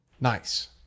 Nice